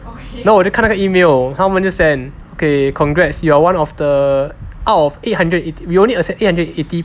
then 我就看那个 email 他们就 send okay congrats you are one of the out of eight hundred eighty we only accept eight hundred eighty